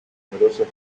numerosas